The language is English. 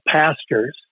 pastors